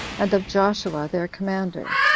and of joshua their commander.